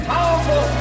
Powerful